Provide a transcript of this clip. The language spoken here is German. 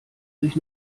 sich